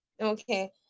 okay